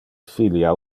filia